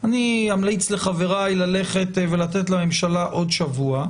אני אמליץ לחבריי ללכת ולתת לממשלה עוד שבוע.